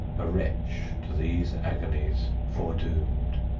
a wretch to these agonies foredoomed!